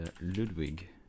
ludwig